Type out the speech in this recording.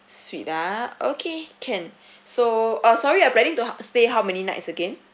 suite ah okay can so uh sorry you're planning to how stay how many nights again